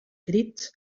crits